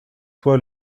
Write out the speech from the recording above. toi